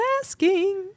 asking